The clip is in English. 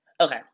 Okay